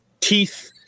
teeth